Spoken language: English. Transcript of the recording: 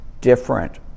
different